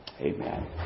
Amen